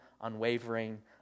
unwavering